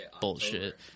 bullshit